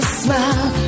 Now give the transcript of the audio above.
smile